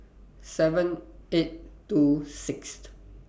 seven eight two Sixth